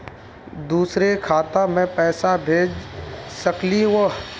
दुसरे खाता मैं पैसा भेज सकलीवह?